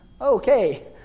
Okay